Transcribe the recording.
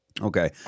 Okay